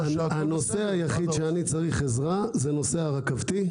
הנושא היחיד שאני צריך עזרה בו זה הרכבת.